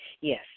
Yes